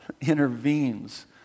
intervenes